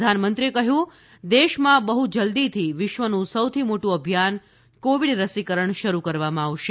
પ્રધાનમંત્રીએ કહ્યું દેશમાં બહુ જલ્દીથી વિશ્વનું સૌથી મોટું અભિયાન કોવિડ રસીકરણ શરૂ કરવામાં આવશે